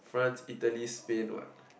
France Italy Spain what